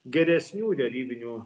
geresnių derybinių